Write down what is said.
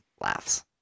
laughs